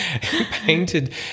painted